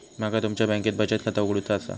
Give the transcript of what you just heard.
माका तुमच्या बँकेत बचत खाता उघडूचा असा?